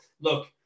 look